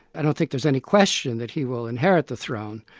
i don't think there's any question that he will inherit the throne.